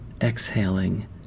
exhaling